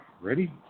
Ready